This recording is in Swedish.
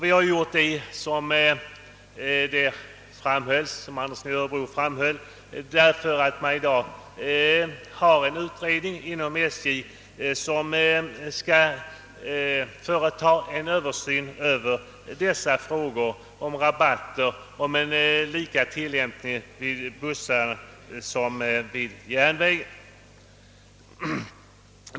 Vi har gjort det — som herr Andersson i Örebro framhöll — därför att det i dag inom SJ pågår en utredning som skall företa en översyn av rabattsystemet och överväga om det är lämpligt att tillämpa samma rabatter för bussresor som för järnvägsresor.